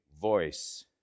voice